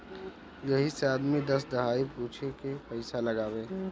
यही से आदमी दस दहाई पूछे के पइसा लगावे